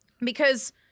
Because-